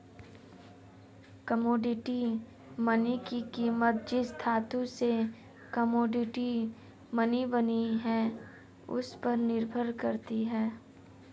commodity money की कीमत जिस धातु से कोमोडिटी मनी बनी है उस पर निर्भर करती है